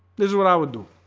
this is what i would do